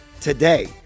today